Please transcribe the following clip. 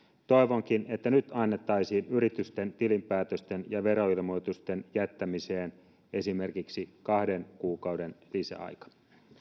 toivonkin että nyt annettaisiin yritysten tilinpäätösten ja veroilmoitusten jättämiseen esimerkiksi kahden kuukauden lisäaika